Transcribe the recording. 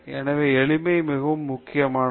எனவே எளிமை மிகவும் முக்கியமானது